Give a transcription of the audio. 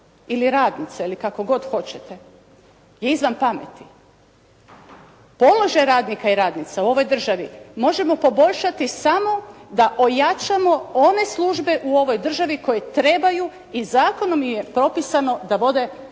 ili radnica, ili kako god hoćete, je izvan pameti. Položaj radnika i radnica u ovoj državi možemo poboljšati samo da ojačamo one službe u ovoj državi koje trebaju i zakonom im je propisano da vode brigu